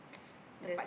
the